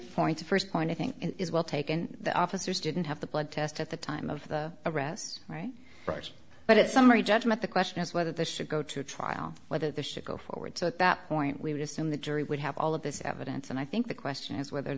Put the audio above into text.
point the st point i think is well taken the officers didn't have the blood test at the time of the arrest right right but at summary judgment the question is whether the should go to trial whether the should go forward so at that point we would assume the jury would have all of this evidence and i think the question is whether